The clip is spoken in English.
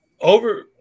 over